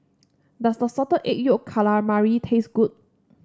does the Salted Egg Yolk Calamari taste good